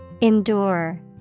Endure